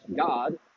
God